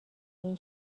این